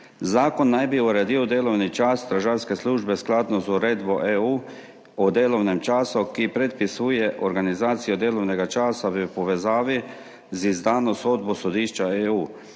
Zakon naj bi uredil delovni čas stražarske službe skladno z Uredbo EU o delovnem času, ki predpisuje organizacijo delovnega časa v povezavi z izdano sodbo Sodišča EU,